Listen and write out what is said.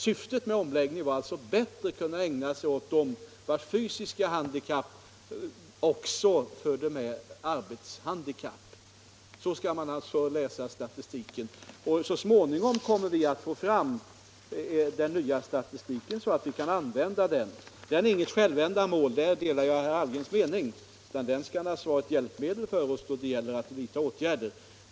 Syftet med omläggningen var alltså att man bättre skulle kunna ägna sig åt dem vilkas fysiska handikapp också medförde arbetshandikapp. På det sättet skall man läsa statistiken . Så småningom kommer vi att få fram den nya statistiken och kan använda denna. Den är inget självändamål — där delar jag herr Hallgrens mening — utan den skall naturligtvis vara ett hjälpmedel för oss när det gäller att vidta åtgärder.